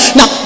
Now